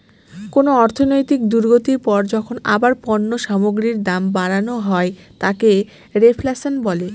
কোন অর্থনৈতিক দুর্গতির পর যখন আবার পণ্য সামগ্রীর দাম বাড়ানো হয় তাকে রেফ্ল্যাশন বলে